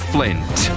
Flint